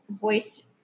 voice